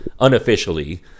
unofficially